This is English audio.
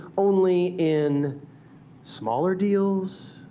only in smaller deals,